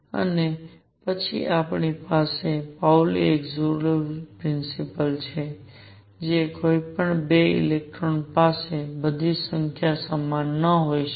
અને પછી આપણી પાસે પાઉલી એક્સક્લુઝન પ્રિન્સિપલ છે કે કોઈ 2 ઇલેક્ટ્રોનપાસે બધી સંખ્યાઓ સમાન ન હોઈ શકે